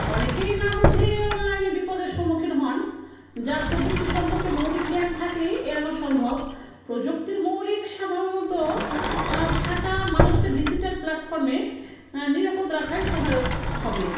অনেকেই না বুঝে অনলাইনে বিপদের সম্মুখীন হন যা প্রযুক্তি সম্পর্কে মৌলিক জ্ঞান থাকলেই এড়ানো সম্ভব প্রযুক্তির মৌলিক সাধারণত থাকা মানুষকে ডিজিটাল প্ল্যাটফর্মে নিরাপদ রাখায় সহায়ক হবে